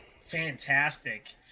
Fantastic